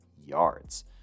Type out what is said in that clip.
yards